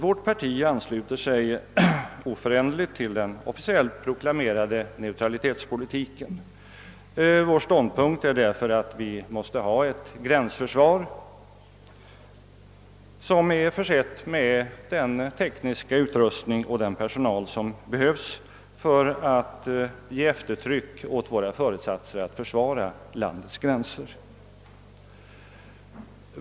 Vårt parti ansluter sig oföränderligt till den officiellt proklamerade neutralitetspolitiken. Vår ståndpunkt är därför att Sverige måste ha ett gränsförsvar som är försett med den tekniska utrustning och den personal som behövs för att ge eftertryck åt våra föresatser att försvara landets gränser.